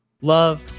love